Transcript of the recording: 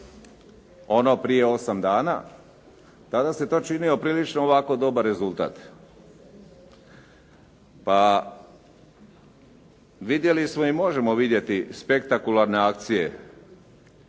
ono prije 8 dana tada se to činio prilično ovako dobar rezultat. Pa vidjeli smo i možemo vidjeti spektakularne akcije